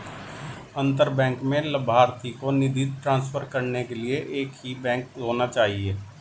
अंतर बैंक में लभार्थी को निधि ट्रांसफर करने के लिए एक ही बैंक होना चाहिए